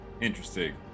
Interesting